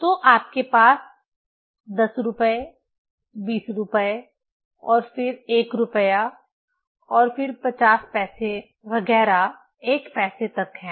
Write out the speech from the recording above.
तो आपके पास 10 रुपये 20 रुपये और फिर 1 रुपया और फिर 50 पैसे वगैरह 1 पैसे तक हैं